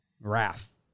Wrath